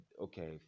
okay